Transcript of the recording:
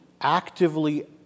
actively